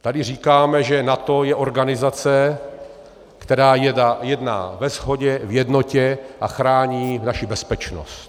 Tady říkáme, že NATO je organizace, která jedná ve shodě, v jednotě a chrání naši bezpečnost.